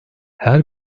her